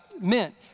meant